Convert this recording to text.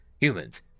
humans